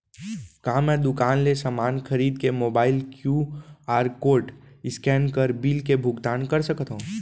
का मैं दुकान ले समान खरीद के मोबाइल क्यू.आर कोड स्कैन कर बिल के भुगतान कर सकथव?